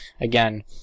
again